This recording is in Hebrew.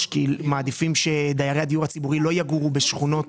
כי מעדיפים שדיירי הדיור הציבורי לא יגורו בשכונות